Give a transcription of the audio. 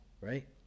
Right